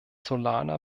solana